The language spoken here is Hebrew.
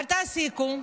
אל תעסיקו,